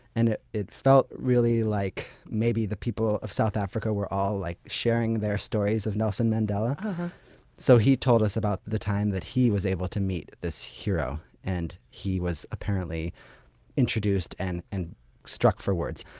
and it it felt really like the people of south africa were all like sharing their stories of nelson mandela so he told us about the time that he was able to meet this hero and he was apparently introduced and and struck for words.